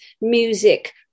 music